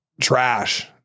trash